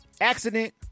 Accident